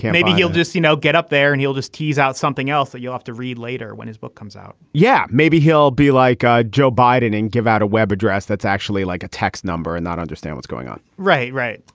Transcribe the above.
maybe he'll just, you know, get up there and he'll just tease out something else that you have to read later when his book comes out. yeah. maybe he'll be like ah joe biden and give out a web address that's actually like a text number and not understand what's going on. right. right.